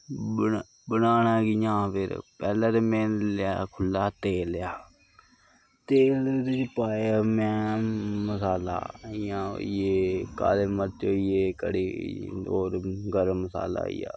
बनाना कि'यां हा फिर पैह्लें ते में लेआ खु'ल्ला तेल लेआ ते ओह्दे च पाया में मसाला इ'यां होई गे काले मर्च होई गे कड़ी होई गे होर गर्म मसाला होई गेआ